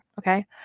Okay